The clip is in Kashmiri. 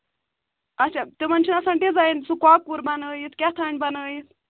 اَچھا تِمن چھُ آسان ڈِزایِن سُہ کۄکُر بَنٲوِتھ کیٛاہتام بَناوِتھ